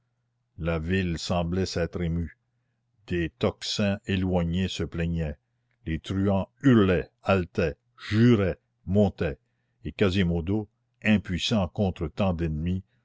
la ville semblait s'être émue des tocsins éloignés se plaignaient les truands hurlaient haletaient juraient montaient et quasimodo impuissant contre tant d'ennemis